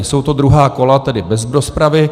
Jsou to druhá kola, tedy bez rozpravy.